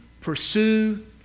pursue